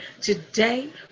today